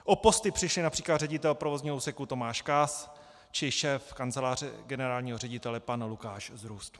O posty přišli například ředitel provozního úseku Tomáš Kaas či šéf kanceláře generálního ředitele pan Lukáš Zrůst.